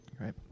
right